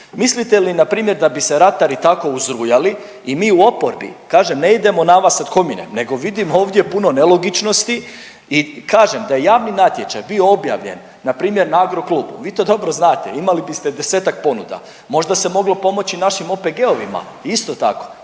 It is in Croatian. Mislite li npr. da bi se ratari tako uzrujali i mi u oporbi kažem ne idemo na vas ad hominem nego vidim ovdje puno nelogičnosti i kažem da je javni natječaj bio objavljen npr. na Agroklubu vi to dobro znate imali biste desetak ponuda. Možda se moglo pomoći našim OPG-ovima isto tako.